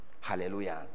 Hallelujah